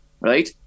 right